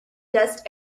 dust